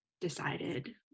decided